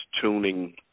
tuning